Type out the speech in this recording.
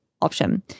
Option